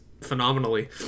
phenomenally